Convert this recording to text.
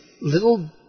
little